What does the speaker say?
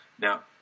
now